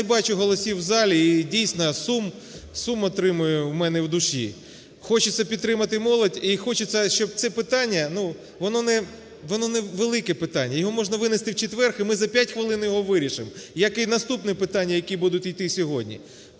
я не бачу голосів у залі, і, дійсно, сум… сум отримую в мене в душі. Хочеться підтримати молодь і хочеться, щоб це питання, ну, воно невелике питання, його можна винести в четвер, і ми за 5 хвилин його вирішимо, як і наступні питання, які будуть йти сьогодні.